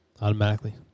automatically